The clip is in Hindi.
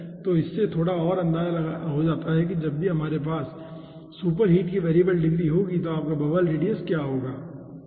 तो इससे आपको थोड़ा अंदाजा हो जाता है कि जब भी हमारे पास सुपर हीट की वैरिएबल डिग्री होगी तो आपका बबल रेडियस क्या होगा ठीक है